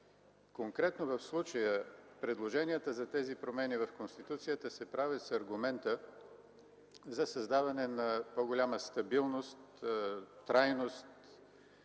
конкретно в случая предложенията за тези промени в Конституцията се правят с аргумента за създаване на по-голяма стабилност, трайност,